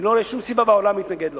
אני לא רואה שום סיבה בעולם להתנגד לו.